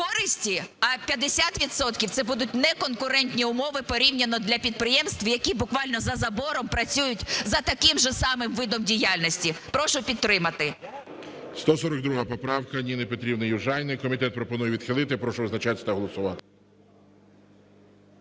– це будуть неконкурентні умови порівняно для підприємств, які буквально за забором працюють за таким же самим видом діяльності. Прошу підтримати.